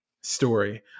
story